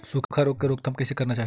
सुखा रोग के रोकथाम कइसे करना चाही?